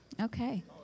Okay